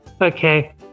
Okay